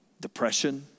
depression